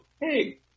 hey